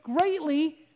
greatly